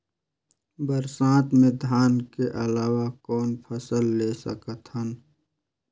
बरसात मे धान के अलावा कौन फसल ले सकत हन?